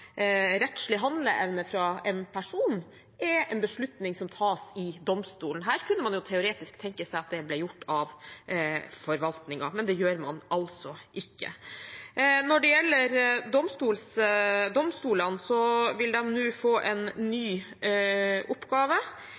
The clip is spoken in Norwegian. en person rettslig handleevne er en beslutning som tas av domstolen. Her kunne man teoretisk tenke seg at det ble gjort av forvaltningen, men det gjør det altså ikke. Når det gjelder domstolene, vil de nå få en ny oppgave.